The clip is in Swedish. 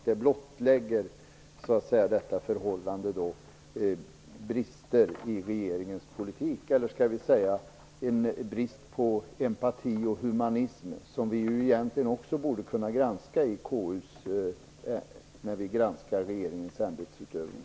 Detta förhållande blottlägger en brist på empati och humanism i regeringens politik som vi egentligen också borde kunna granska i KU när vi granskar regeringens ämbetsutövning.